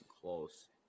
close